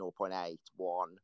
0.81